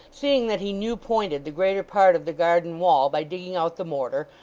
seeing that he new-pointed the greater part of the garden-wall by digging out the mortar,